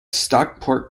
stockport